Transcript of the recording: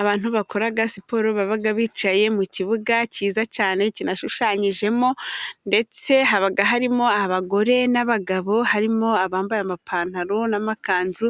Abantu bakora siporo baba bicaye mu kibuga cyiza cyane kinashushanyijemo ndetse haba harimo abagore n'abagabo. Harimo abambaye amapantaro n'amakanzu,